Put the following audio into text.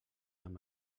amb